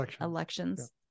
elections